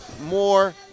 more